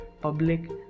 public